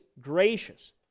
gracious